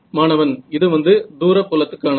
மாணவன் இது வந்து தூர புலத்துக்கானது